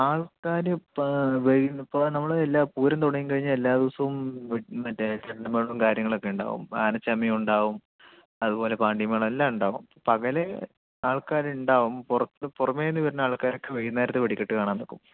ആൾക്കാർ ഇപ്പം നമ്മൾ എല്ലാ പൂരം തുടങ്ങിക്കഴിഞ്ഞാൽ എല്ലാ ദിവസവും മറ്റേ ചെണ്ട മേളം കാര്യങ്ങളൊക്കെ ഉണ്ടാവും ആനച്ചമയം ഉണ്ടാവും അതുപോലെ പാണ്ടിമേളം എല്ലാം ഉണ്ടാവും പകൽ ആൾക്കാർ ഉണ്ടാവും പുറത്ത് പുറമേ നിന്നു വരുന്ന ആൾക്കാരൊക്കെ വൈകുന്നേരത്തെ വെടിക്കെട്ടു കാണാൻ നിൽക്കും